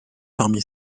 parmi